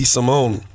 Simone